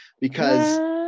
because-